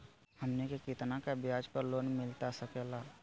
हमनी के कितना का ब्याज पर लोन मिलता सकेला?